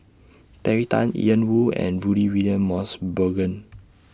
Terry Tan Ian Woo and Rudy William Mosbergen